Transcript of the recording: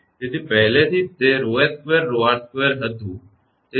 તેથી પહેલેથી જ તે 𝜌𝑠2𝜌𝑟2 હતું